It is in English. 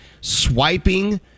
swiping